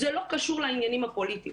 זה לא קשור לעניינים הפוליטיים,